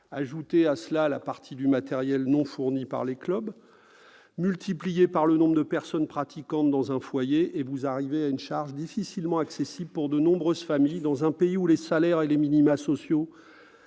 Ajoutez à cela la partie du matériel non fourni par ces derniers, multipliez par le nombre de personnes pratiquantes dans un foyer et vous arrivez à une charge difficilement supportable pour de nombreuses familles, dans un pays où les salaires et les minima sociaux